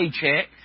paycheck